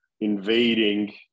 invading